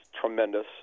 tremendous